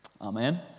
Amen